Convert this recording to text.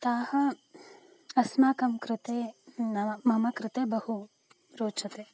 ताः अस्माकं कृते न मम कृते बहु रोचते